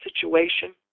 situation